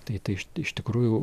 tai tai iš iš tikrųjų